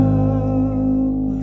Love